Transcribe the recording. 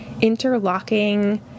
interlocking